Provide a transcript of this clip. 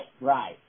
right